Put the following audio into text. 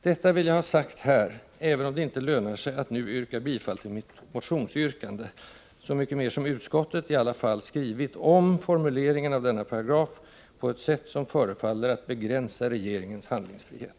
Detta vill jag ha sagt här, även om det inte lönar sig att nu yrka bifall till min motion — så mycket mer som utskottet i alla fall har skrivit om formuleringen av denna paragraf på ett sätt som förefaller att begränsa regeringens handlingsfrihet.